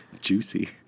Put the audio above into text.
Juicy